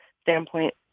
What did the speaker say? standpoint